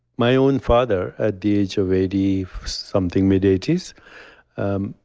my own father, at the age of eighty something, mid eighty s, um